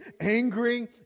angry